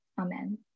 Amen